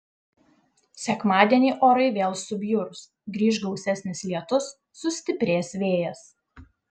sekmadienį orai vėl subjurs grįš gausesnis lietus sustiprės vėjas